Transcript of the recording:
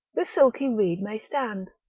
the silky reed may stand.